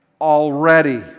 already